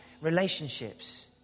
relationships